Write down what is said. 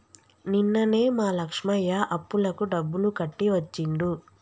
నిన్ననే మా లక్ష్మయ్య అప్పులకు డబ్బులు కట్టి వచ్చిండు